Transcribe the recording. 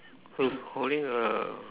who's holding a